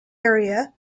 area